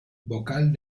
vocal